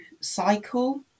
cycle